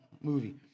movie